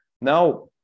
Now